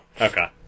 Okay